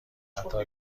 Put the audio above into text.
قطار